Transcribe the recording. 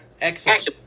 excellent